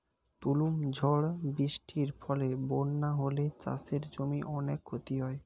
তুমুল ঝড় বৃষ্টির ফলে বন্যা হলে চাষের জমির অনেক ক্ষতি হয়